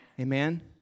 Amen